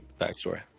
backstory